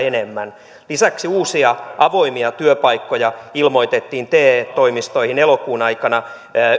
enemmän lisäksi uusia avoimia työpaikkoja ilmoitettiin te toimistoihin elokuun aikana